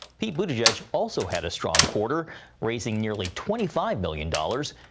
pete buttigieg also had a strong quarter raising nearly twenty five million dollars.